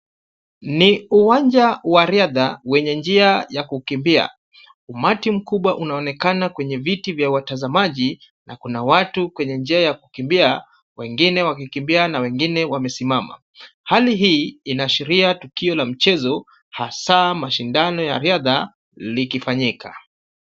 Ni uwanja wa riadha wenye njia ya kukimbia, umati mkubwa unaonekana kwenye viti vya watazamaji na kuna watu kwenye njia ya kukimbia, wengine wakikimbia na wengine wamesimama, hali hii inaashiria tukio la mchezo hasa mashindano ya riadha likifanyika.